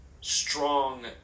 strong